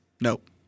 Nope